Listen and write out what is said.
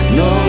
no